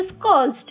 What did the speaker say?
caused